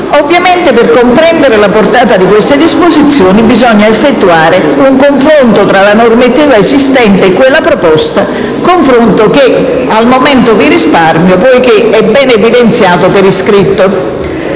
Ovviamente, per comprendere la portata di queste disposizioni, bisogna effettuare un confronto tra la normativa esistente e quella proposta, confronto che al momento vi risparmio, poiché è ben evidenziato per iscritto.